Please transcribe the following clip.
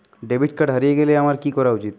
Debit card হারিয়ে গেলে আমার কি করা উচিৎ?